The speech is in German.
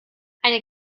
eine